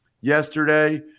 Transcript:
yesterday